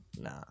Nah